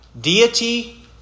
Deity